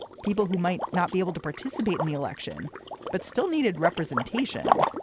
people who might not be able to participate in the election but still needed representation?